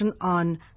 on